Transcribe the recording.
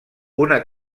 una